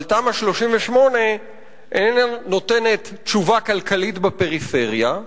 אבל תמ"א 38 איננה נותנת תשובה כלכלית בפריפריה,